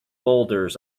boulders